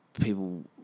People